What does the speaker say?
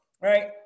Right